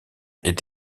est